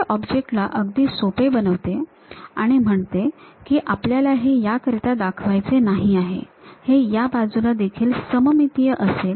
हे ऑब्जेक्ट ला अगदी सोपे बनवते आणि म्हणते की आपल्याला हे याकरिता दाखवायचे नाही आहे हे या बाजूला देखील सममितीय असेल